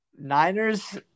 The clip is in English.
Niners